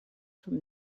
from